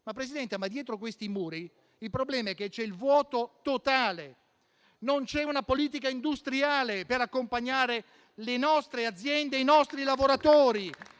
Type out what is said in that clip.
Presidente, è che dietro questi muri c'è il vuoto totale; non c'è una politica industriale per accompagnare le nostre aziende e i nostri lavoratori